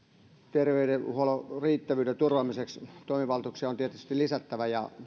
terveydenhuollon riittävyyden turvaamiseksi toimivaltuuksia on tietysti lisättävä ja